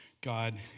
God